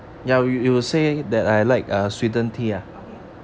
okay